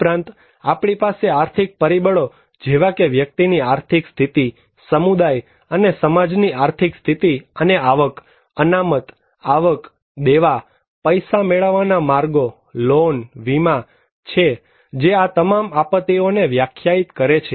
ઉપરાંત આપણી પાસે આર્થિક પરિબળો જેવા કે વ્યક્તિની આર્થિક સ્થિતિ સમુદાય અને સમાજની આર્થિક સ્થિતિ અને આવક અનામત આવક દેવા પૈસા મેળવવાના માર્ગો લોન વીમા છે જે આ તમામ આપત્તિ ઓને વ્યાખ્યાયિત કરે છે